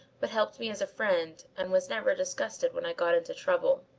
but helped me as a friend and was never disgusted when i got into trouble.